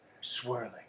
swirling